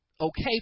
okay